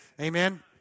Amen